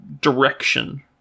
direction